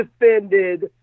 defended